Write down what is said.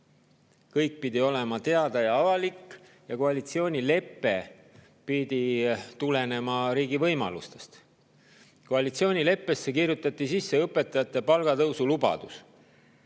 kõik pidi olema teada ja avalik ning koalitsioonilepe pidi tulenema riigi võimalustest. Koalitsioonileppesse kirjutati sisse õpetajate palgatõusu lubadus.